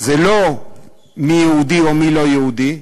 זה לא מי יהודי או מי לא יהודי,